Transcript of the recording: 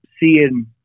seeing